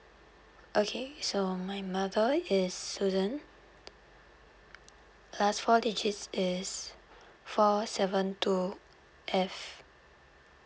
okay so my mother is susan last four digit is four seven two F